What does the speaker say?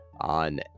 on